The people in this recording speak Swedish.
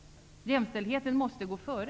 Jämställdheten måste gå före.